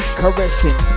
caressing